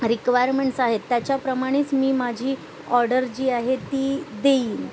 requirements आहेत त्याच्याप्रमाणेच मी माझी ऑर्डर जी आहे ती देईन